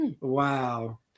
Wow